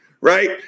right